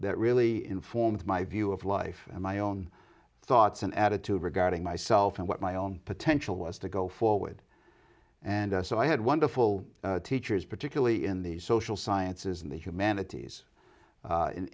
that really informed my view of life and my own thoughts and attitude regarding myself and what my own potential was to go forward and so i had wonderful teachers particularly in the social sciences and humanities